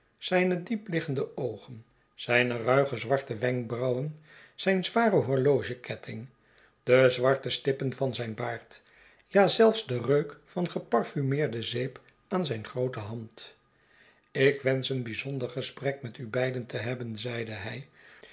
zijne diepliggende oogen zijne ruige zwarte wenkbrauwen zijn zwaren horlogeketting de zwarte stippen van zijn baard ja zelfs den reuk van geparfumeerde zeep aan zijne groote hand ik wensch een bijzonder gesprek met ubeiden te hebben zeide hij